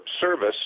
service